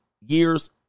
years